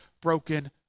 broken